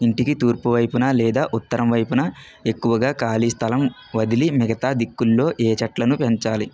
ఇంటికి తూర్పు వైపున లేదా ఉత్తరం వైపున ఎక్కువగా ఖాళీ స్థలం వదిలి మిగతా దిక్కులలో ఏ చెట్లను పెంచాలి